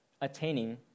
attaining